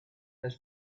has